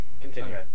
continue